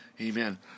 Amen